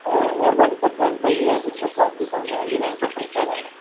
हाँ one percent का ही है दिक्कत बाकी तो नाइन्टी नाइन पर्सेन्ट कह रहा है न